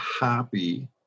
happy